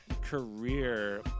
career